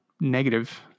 negative